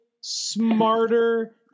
smarter